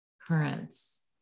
currents